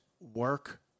work